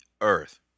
earth